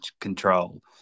control